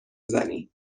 زنی